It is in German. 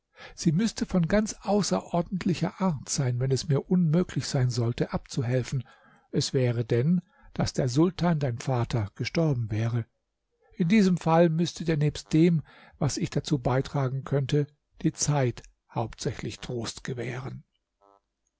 sie müßte von ganz außerordentlicher art sein wenn es mir unmöglich sein sollte abzuhelfen es wäre denn daß der sultan dein vater gestorben wäre in diesem fall müßte dir nebst dem was ich dazu beitragen könnte die zeit hauptsächlich trost gewähren